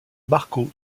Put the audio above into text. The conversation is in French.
marco